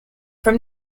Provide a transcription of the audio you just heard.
from